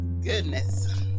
Goodness